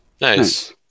nice